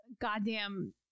goddamn